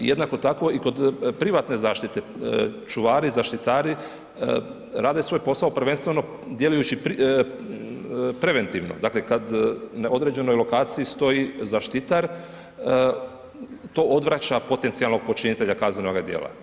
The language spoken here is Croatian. Jednako tako i kod privatne zaštite čuvari, zaštitari rade svoj posao prvenstveno djelujući preventivno, dakle kad na određenoj lokaciji stoji zaštitar to odvraća potencijalnog počinitelja kaznenoga djela.